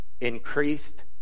increased